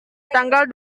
tanggal